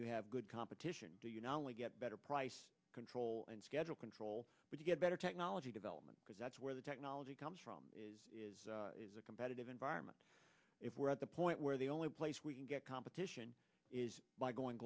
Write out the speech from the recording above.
you have good competition do you not only get better price control and schedule control but you get better technology development because that's where the technology comes from is a competitive environment if we're at the point where the only place we can get competition is by going